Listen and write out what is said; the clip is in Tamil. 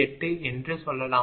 98 என்று சொல்லலாம்